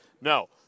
No